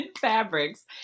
fabrics